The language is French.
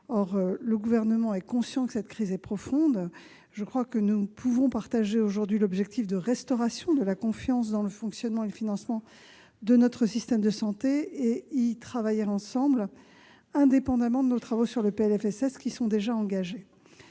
de l'enjeu. Tous conscients que cette crise est profonde, je crois que nous pouvons partager l'objectif de restauration de la confiance dans le fonctionnement, le financement de notre système de santé et y travailler ensemble, indépendamment de nos travaux sur le PLFSS, qui sont déjà engagés.